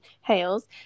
Hales